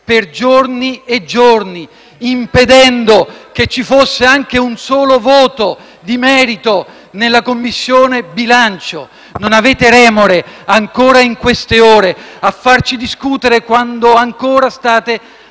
per giorni e giorni, impedendo che ci fosse anche un solo voto di merito nella Commissione bilancio. Non avete remore, ancora in queste ore, a farci discutere quando ancora state